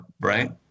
right